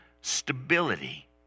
stability